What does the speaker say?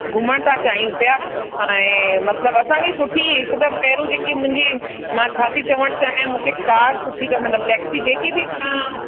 घुमणु तव्हां चाहियूं पिया ऐं मतलबु असांखे सुठी हिकु त पहिरियूं जेकी मुंहिंजी मां छा थी चवणु चाहियां मूंखे कार सुठी मतलबु टैक्सी जेकी बि तव्हां